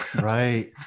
right